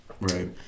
right